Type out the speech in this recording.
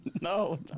no